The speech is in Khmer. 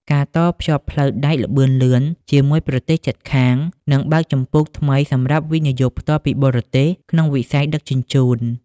ការតភ្ជាប់ផ្លូវដែកល្បឿនលឿនជាមួយប្រទេសជិតខាង នឹងបើកជំពូកថ្មីសម្រាប់ វិនិយោគផ្ទាល់ពីបរទេស ក្នុងវិស័យដឹកជញ្ជូន។